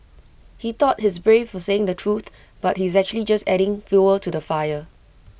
he thought he's brave for saying the truth but he's actually just adding fuel to the fire